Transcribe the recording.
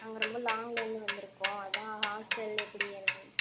நாங்கள் ரொம்ப லாங்லேர்ந்து வந்துருக்கோம் அதான் ஹாஸ்டல் எப்படி என்னான்னு